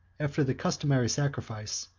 after the customary sacrifice,